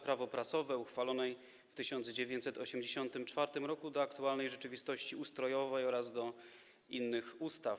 Prawo prasowe uchwalonej w 1984 r. do aktualnej rzeczywistości ustrojowej oraz do innych ustaw.